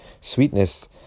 sweetness